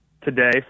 today